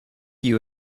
you